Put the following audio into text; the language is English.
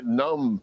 numb